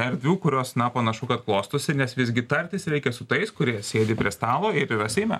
erdvių kurios na panašu kad klostosi nes visgi tartis reikia su tais kurie sėdi prie stalo ir yra seime